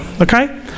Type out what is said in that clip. okay